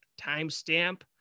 timestamp